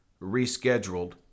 rescheduled